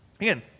Again